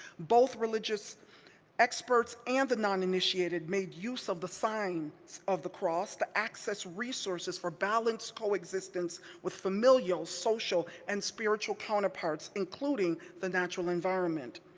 both religious experts and the non-initiated made use of the signs of the cross to access resources for balanced coexistence with familial, social and spiritual counterparts including the natural environment.